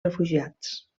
refugiats